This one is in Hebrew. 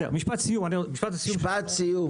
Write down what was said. משפט סיום